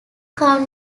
count